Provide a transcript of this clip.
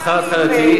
שכר התחלתי.